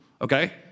okay